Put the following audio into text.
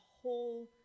whole